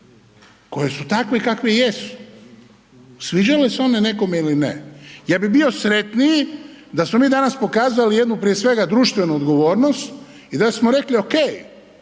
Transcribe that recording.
koje su takve kakve jesu, sviđale se one nekome ili ne. Ja bi bio sretniji da smo mi danas pokazali jednu prije svega društvenu odgovornost i da smo rekli ok,